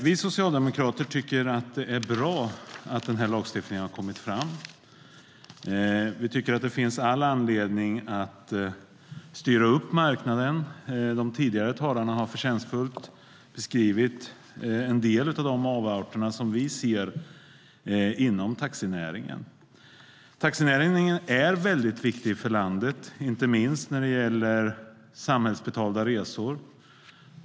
Vi socialdemokrater tycker att det är bra att lagstiftningen har tagits fram, och vi tycker att det finns all anledning att styra upp marknaden. De tidigare talarna har förtjänstfullt beskrivit en del av avarterna inom taxinäringen. Taxinäringen är viktig för landet, inte minst när det gäller samhällsbetalda resor.